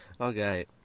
Okay